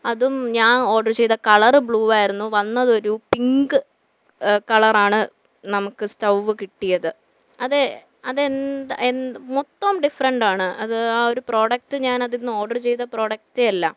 അതും ഞാൻ ഓർഡറ് ചെയ്ത കളർ ബ്ലൂവായിരുന്നു വന്നതൊരു പിങ്ക് കളറാണ് നമുക്ക് സ്റ്റൗവ് കിട്ടിയത് അത് അത് എൻ എന്ത് മൊത്തോം ഡിഫറൻറ്റാണ് അത് ആ ഒരു പ്രൊഡക്റ്റ് ഞാൻ അതിന്ന് ഓർഡറ് ചെയ്ത പ്രോഡക്റ്റേയല്ല